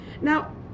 Now